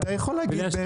אתה יכול להגיד,